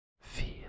feel